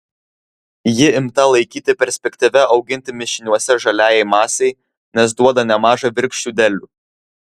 ji imta laikyti perspektyvia auginti mišiniuose žaliajai masei nes duoda nemažą virkščių derlių